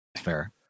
Fair